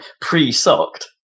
pre-socked